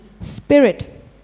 Spirit